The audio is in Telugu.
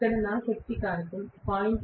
ఇక్కడ శక్తి కారకం 0